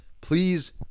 please